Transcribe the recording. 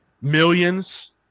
millions